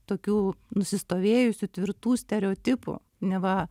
tokių nusistovėjusių tvirtų stereotipų neva